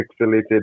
pixelated